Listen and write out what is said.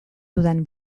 dudan